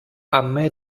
αμέ